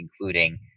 including